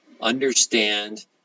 understand